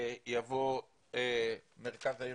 שיבוא מרכז הארגונים,